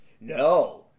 No